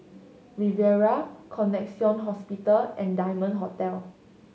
Riviera Connexion Hospital and Diamond Hotel